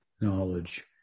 Knowledge